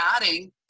adding